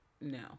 no